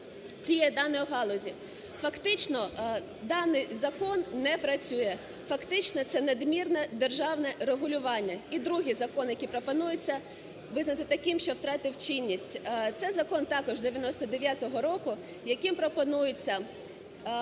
цієї даної галузі. Фактично даний закон не працює, фактично це надмірне державне регулювання. І другий закон, який пропонується визнати таким, що втратив чинність. Це Закон також 99-го року, яким пропонується